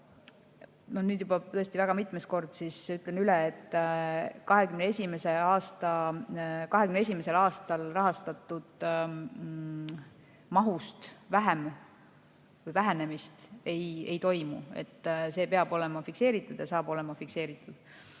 Nüüd juba väga mitmes kord ütlen üle, et 2021. aastal rahastatud mahust vähenemist ei toimu, see peab olema fikseeritud ja saab olema fikseeritud.